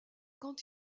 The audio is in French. quand